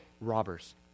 robbers